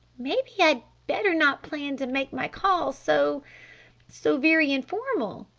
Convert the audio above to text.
maybe i'd better not plan to make my call so so very informal,